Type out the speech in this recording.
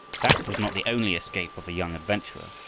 that was not the only escape of the young adventurer,